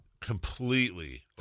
completely